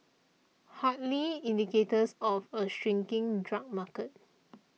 hardly indicators of a shrinking drug market